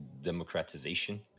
democratization